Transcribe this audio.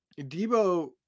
Debo